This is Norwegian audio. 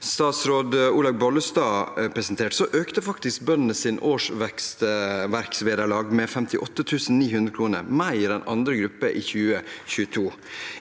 statsråd Olaug Vervik Bollestad presenterte, økte faktisk bøndenes årsverksvederlag med 58 900 kr mer enn andre grupper i 2022.